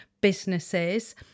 businesses